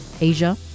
Asia